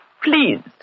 Please